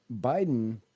Biden